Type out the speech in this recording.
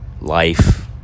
Life